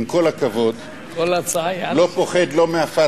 עם כל הכבוד, לא פוחד לא מה"פתח"